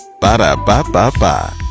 Ba-da-ba-ba-ba